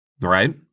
right